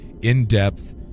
in-depth